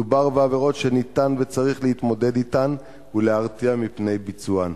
מדובר בעבירות שניתן וצריך להתמודד אתן ולהרתיע מפני ביצוען.